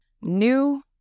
New